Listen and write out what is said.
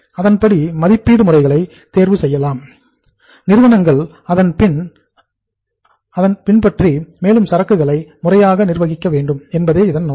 அதன்படி மதிப்பீடு முறைகளை தேர்வு செய்யலாம் நிறுவனங்கள் அதைப் பின்பற்றலாம் மேலும் சரக்குகளை முறையாக நிர்வகிக்க வேண்டும் என்பதே இதன் நோக்கம்